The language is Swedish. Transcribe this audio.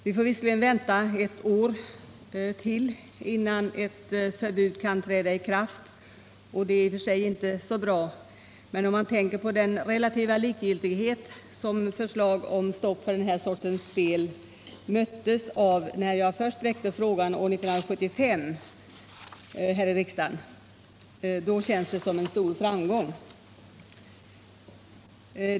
Vi får visserligen vänta ett år till innan förbudet kan träda i kraft, och det är i och för sig inte så bra. Men om man tänker på den relativa likgiltighet som förslag om förbud för den här sortens spel möttes av när jag först väckte frågan år 1975 här i riksdagen, då känns det som en stor framgång.